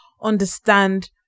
understand